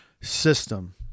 system